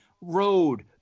road